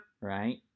Right